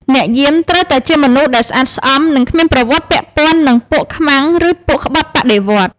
អ្នកយាមត្រូវតែជាមនុស្សដែលស្អាតស្អំ និងគ្មានប្រវត្តិពាក់ព័ន្ធនឹងពួកខ្មាំង ឬពួកក្បត់បដិវត្តន៍។